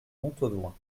montaudoin